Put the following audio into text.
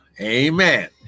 Amen